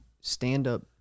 Stand-Up